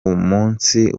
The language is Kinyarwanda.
munsi